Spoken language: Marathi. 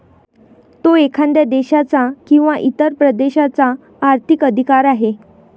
तो एखाद्या देशाचा किंवा इतर प्रदेशाचा आर्थिक अधिकार आहे